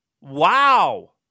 Wow